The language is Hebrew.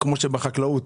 כמו שבחקלאות